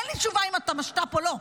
אין לי תשובה אם אתה משת"פ או לא.